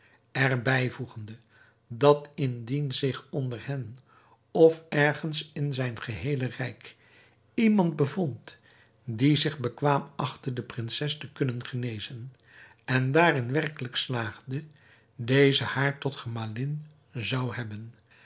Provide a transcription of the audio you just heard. er bijvoegende dat indien zich onder hen of ergens in zijn geheele rijk iemand bevond die zich bekwaam achtte de prinses te kunnen genezen en daarin werkelijk slaagde deze haar tot gemalin zou hebben